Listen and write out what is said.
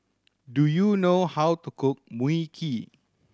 do you know how to cook Mui Kee